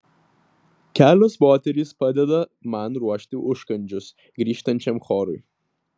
kelios moterys padeda man ruošti užkandžius grįžtančiam chorui